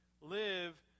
live